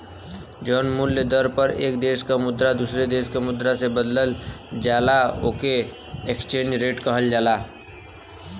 जौन मूल्य दर पर एक देश क मुद्रा दूसरे देश क मुद्रा से बदलल जाला ओके एक्सचेंज रेट कहल जाला